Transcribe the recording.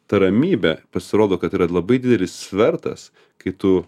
ta ramybė pasirodo kad yra labai didelis svertas kai tu